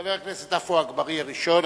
חבר הכנסת עפו אגבאריה הוא ראשון.